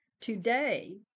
Today